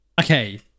okay